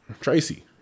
Tracy